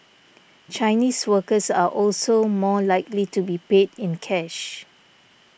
Chinese workers are also more likely to be paid in cash